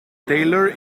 tailor